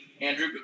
Andrew